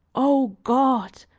o god!